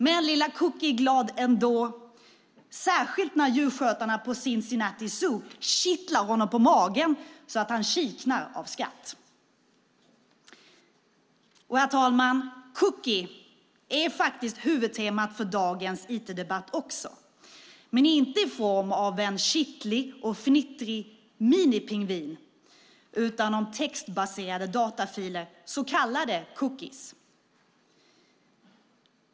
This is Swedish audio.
Men lilla Cookie är glad ändå, särskilt när djurskötarna på Cincinatti Zoo kittlar honom på magen så att han kiknar av skratt. Herr talman! Cookie är faktiskt huvudtemat för dagens IT-debatt också - men inte i form av en kittlig och fnittrig minipingvin utan i form av textbaserade datafiler, så kallade cookies.